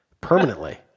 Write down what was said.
permanently